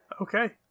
Okay